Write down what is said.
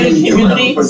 community